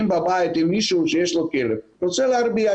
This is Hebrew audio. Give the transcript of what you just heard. אם בבית מישהו שיש לו כלב רוצה להרביע,